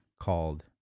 called